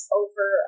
over